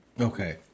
Okay